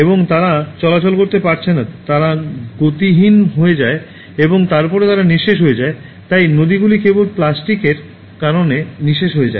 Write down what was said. এবং তারা চলাচল করতে পারছে না তারা গতিহীন হয়ে যায় এবং তারপরে তারা নিঃশেষ হয়ে যায় তাই নদীগুলি কেবল প্লাস্টিকের কারণে নিঃশেষ হয়ে যায়